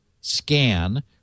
scan